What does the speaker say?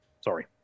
Sorry